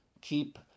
keep